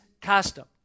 custom